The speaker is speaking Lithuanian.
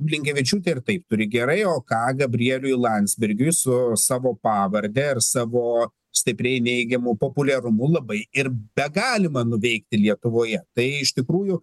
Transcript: blinkevičiūtė ir taip turi gerai o ką gabrieliui landsbergiui su savo pavarde ir savo stipriai neigiamu populiarumu labai ir begalima nuveikti lietuvoje tai iš tikrųjų